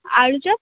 ଆଳୁଚପ